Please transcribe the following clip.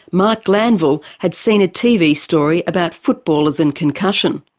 marc glanville had seen a tv story about footballers and concussion,